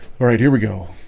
all right here we go